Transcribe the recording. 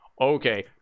Okay